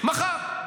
מחר.